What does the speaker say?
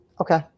Okay